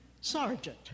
Sergeant